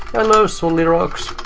hello, sullyrox!